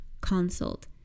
consult